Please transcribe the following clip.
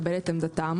שיהיה ברור העניין.